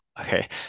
Okay